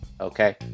okay